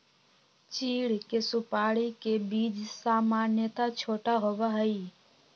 चीड़ के सुपाड़ी के बीज सामन्यतः छोटा होबा हई